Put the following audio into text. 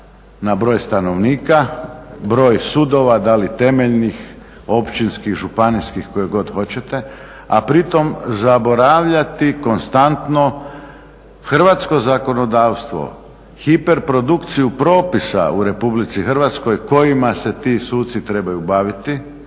na broj stanovnika, broj sudova, da li temeljnih, općinskih, županijskih koje god hoćete, a pri tom zaboravljati konstantno hrvatsko zakonodavstvo, hiperprodukciju propisa u RH kojima se ti suci trebaju baviti,